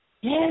Yes